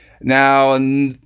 Now